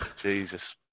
Jesus